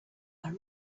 are